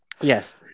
Yes